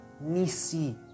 Nisi